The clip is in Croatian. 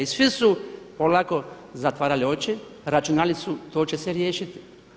I svi su polako zatvarali oči, računali su to će se riješiti.